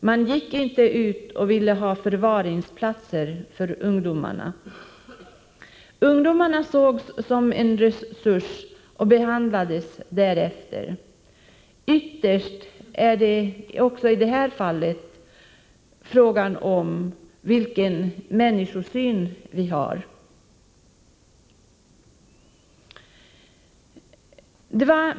Man gick inte ut och talade om förvaringsplatser för ungdomarna. Ungdomarna sågs som en resurs och behandlades därefter. Ytterst är det också i det här fallet fråga om vilken människosyn man har.